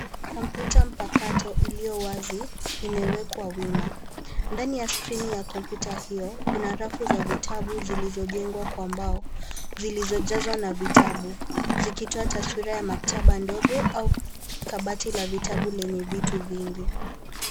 Kompyuta mpakato iliyowazi imewekwa wima. Ndani ya skrini ya kompyuta hiyo kuna rafu za vitabu zilizojengwa kwa mbao, zilizojazwa na vitabu zikitoa taswira ya maktaba ndogo au kabati la vitabu lenye vitu vingi.